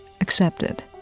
accepted